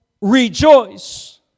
rejoice